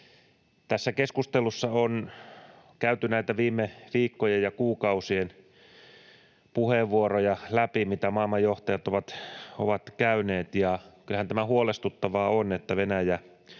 Tässä keskustelussa on käyty läpi näitä viime viikkojen ja kuukausien puheenvuoroja, mitä maailman johtajat ovat käyneet, ja kyllähän tämä huolestuttavaa on, että Venäjä